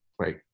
Right